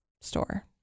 store